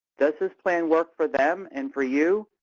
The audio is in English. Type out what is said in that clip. does this plan work for them and for you?